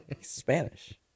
Spanish